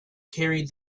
carried